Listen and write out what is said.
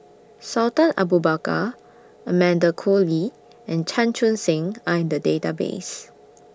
Sultan Abu Bakar Amanda Koe Lee and Chan Chun Sing Are in The Database